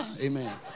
Amen